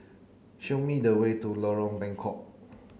show me the way to Lorong Bengkok